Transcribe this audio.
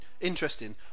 interesting